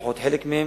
לפחות חלק מהם.